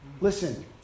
Listen